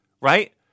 right